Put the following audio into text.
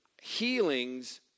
healings